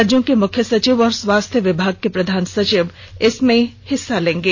राज्यों के मुख्य सचिव और स्वास्थ्य विभाग के प्रधान सचिव इसमें हिस्सा लेंगे